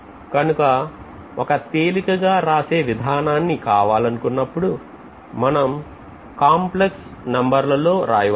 కనుక ఒక తేలికగా రాసే విధానాన్ని కావాలనుకున్నప్పుడు మనం complex కాంప్లెక్స్ నంబర్లలో రాయవచ్చు